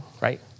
right